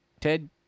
Ted